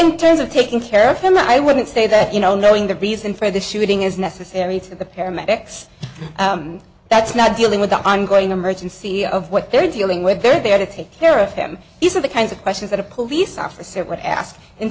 terms of taking care of them i wouldn't say that you know knowing the reason for the shooting is necessary to the paramedics that's not dealing with the ongoing emergency of what they're dealing with they're there to take care of him these are the kinds of questions that a police officer would ask in